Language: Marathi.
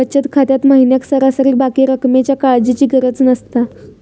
बचत खात्यात महिन्याक सरासरी बाकी रक्कमेच्या काळजीची गरज नसता